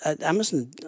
Amazon